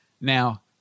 Now